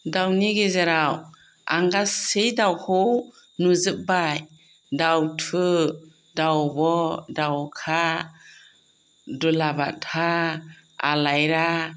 दाउनि गेजेराव आं गासै दाउखौ नुजोब्बाय दाउथु दावब' दाउखा दुलाबाथा आलायरा